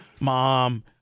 Mom